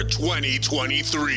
2023